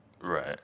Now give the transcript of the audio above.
Right